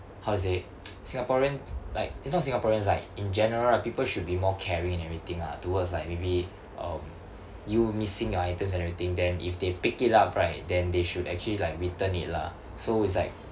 how to say singaporean like it's not singaporeans Iike in general right people should be more caring and everything ah towards like maybe um you missing your items and everything then if they pick it up right then they should actually like return it lah so it's like